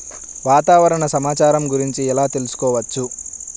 వాతావరణ సమాచారం గురించి ఎలా తెలుసుకోవచ్చు?